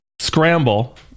scramble